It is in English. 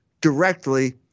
directly